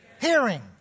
hearing